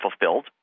fulfilled